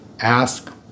Ask